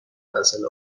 اثر